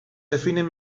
definen